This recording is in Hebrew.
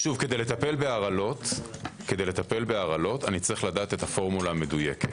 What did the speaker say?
כדי לטפל בהרעלות עליי לדעת את הפורמולה המדויקת.